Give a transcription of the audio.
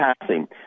passing